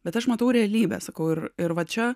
bet aš matau realybę sakau ir va čia